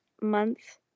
month